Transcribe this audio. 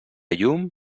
llum